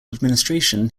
administration